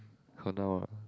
!han noh!